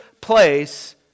place